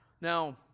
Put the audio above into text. Now